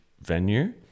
venue